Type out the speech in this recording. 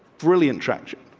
brilliant traction,